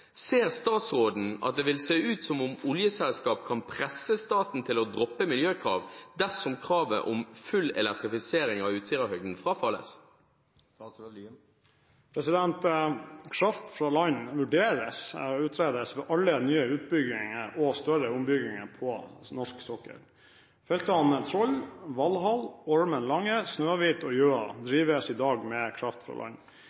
Ser statsråden at det vil se ut som om oljeselskap kan presse staten til å droppe miljøkrav dersom krav om full elektrifisering frafalles?» Kraft fra land vurderes og utredes ved alle nye utbygginger og større ombygginger på norsk sokkel. Feltene Troll, Valhall, Ormen Lange, Snøhvit og Gjøa drives i dag med kraft fra land.